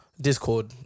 Discord